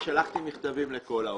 שלחתי מכתבים לכל העולם.